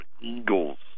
Eagles